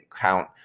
count